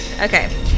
Okay